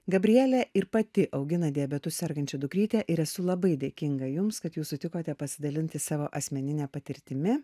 gabrielė ir pati augina diabetu sergančią dukrytę ir esu labai dėkinga jums kad jūs sutikote pasidalinti savo asmenine patirtimi